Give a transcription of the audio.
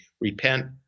repent